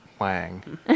wang